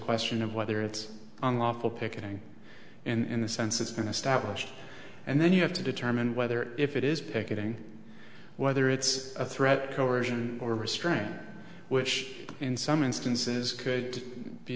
question of whether it's unlawful picketing in the sense it's been established and then you have to determine whether if it is picketing whether it's a threat coercion or restraint which in some instances could be